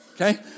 Okay